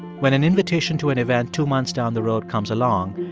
when an invitation to an event two months down the road comes along,